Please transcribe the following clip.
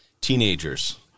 teenagers-